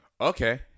Okay